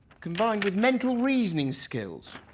combined with mental reasoning skills.